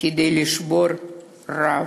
כדי לשבור את הרעב.